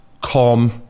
calm